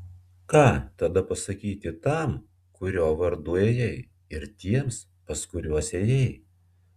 ką tada pasakyti tam kurio vardu ėjai ir tiems pas kuriuos ėjai